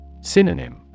Synonym